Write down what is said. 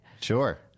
Sure